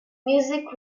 music